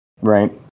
right